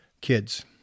kids